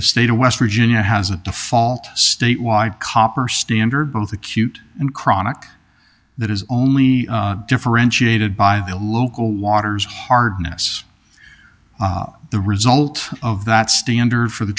the state of west virginia has a default statewide copper standard both acute and chronic that is only differentiated by the local water's hardness the result of that standard for the